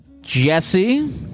Jesse